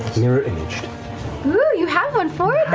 mirror imaged. laura you have one for